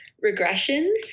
regression